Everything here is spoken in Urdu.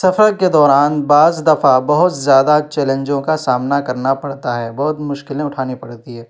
سفر کے دوران بعض دفعہ بہت زیادہ چیلنجوں کا سامنا کرنا پڑتا ہے بہت مشکلیں اٹھانی پڑتی ہیں